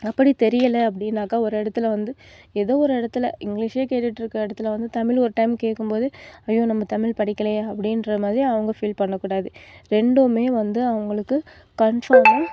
அப்படி தெரியலை அப்படின்னாக்கா வந்து ஒரு இடத்துல வந்து ஏதோ ஒரு இடத்துல இங்கிலிஷே கேட்டுட்டு இருக்கிற இடத்துல வந்து தமிழ் ஒரு டைம் கேக்கும்போது ஐயோ நம்ம தமிழ் படிக்கலையே அப்படின்ற மாதிரி அவங்க ஃபீல் பண்ணக்கூடாது ரெண்டுமே வந்து அவங்களுக்கு கன்ஃபார்மாக